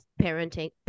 parenting